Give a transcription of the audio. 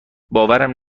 باورم